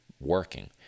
working